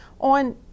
on